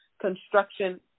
construction